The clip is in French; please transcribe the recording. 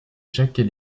jacques